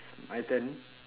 my turn